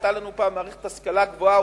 היתה לנו פעם מערכת השכלה גבוהה,